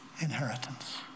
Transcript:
inheritance